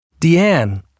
Deanne